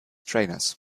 trainers